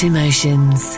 Emotions